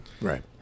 Right